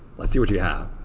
let's see what you have.